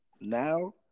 now